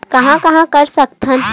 कहां कहां कर सकथन?